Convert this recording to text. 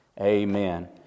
Amen